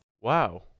Wow